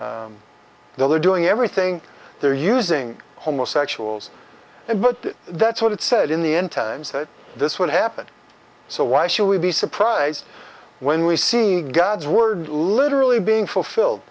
they're doing everything they're using homosexuals and but that's what it said in the n times that this would happen so why should we be surprised when we see god's word literally being fulfilled